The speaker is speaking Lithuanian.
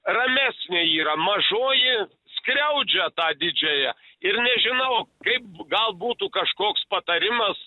ramesnė yra mažoji skriaudžia tą didžiąją ir nežinau kaip gal būtų kažkoks patarimas